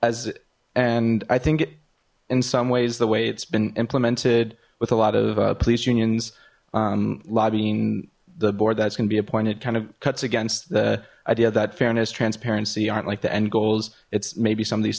as and i think in some ways the way it's been implemented with a lot of police unions lobbying the board that's gonna be appointed kind of cuts against the idea that fairness transparency aren't like the end goals it's maybe some of these